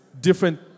different